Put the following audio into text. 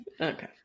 okay